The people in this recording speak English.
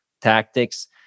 tactics